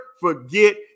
forget